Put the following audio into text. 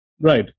Right